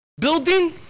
building